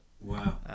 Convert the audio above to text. Wow